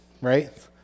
Right